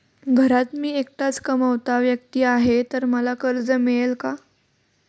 घरात मी एकटाच कमावता व्यक्ती आहे तर मला कर्ज मिळेल का?